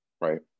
right